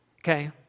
Okay